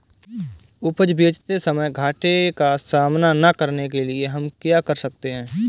उपज बेचते समय घाटे का सामना न करने के लिए हम क्या कर सकते हैं?